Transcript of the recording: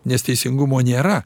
nes teisingumo nėra